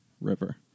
river